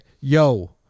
Yo